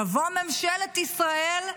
תבוא ממשלת ישראל,